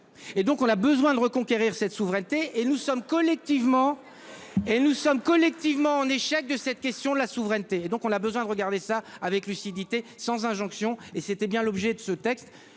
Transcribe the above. Et donc on a besoin de reconquérir cette souveraineté et nous sommes collectivement. Et nous sommes collectivement en échec de cette question de la souveraineté, donc on a besoin de regarder. Ça avec lucidité sans injonction et c'était bien l'objet de ce texte,